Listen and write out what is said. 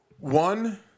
One